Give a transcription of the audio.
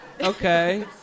Okay